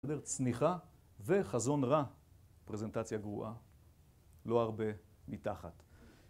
צניחה וחזון רע, פרזנטציה גרועה, לא הרבה מתחת.